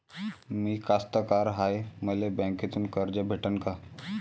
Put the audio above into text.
मी कास्तकार हाय, मले बँकेतून कर्ज भेटन का?